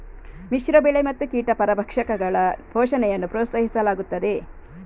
ಮಿಶ್ರ ಬೆಳೆ ಮತ್ತು ಕೀಟ ಪರಭಕ್ಷಕಗಳ ಪೋಷಣೆಯನ್ನು ಪ್ರೋತ್ಸಾಹಿಸಲಾಗುತ್ತದೆ